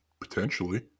Potentially